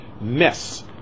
mess